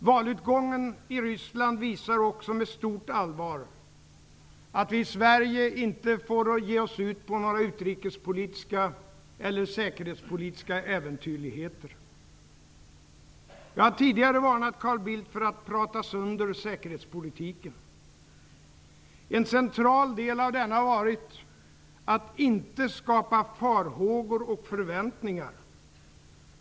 Valutgången i Ryssland visar också med stort allvar att vi i Sverige inte får ge oss ut på några utrikespolitiska eller säkerhetspolitiska äventyrligheter. Jag har tidigare varnat Carl Bildt för att prata sönder säkerhetspolitiken. En central del av den har varit att inte skapa farhågor och förväntningar.